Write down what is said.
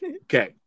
okay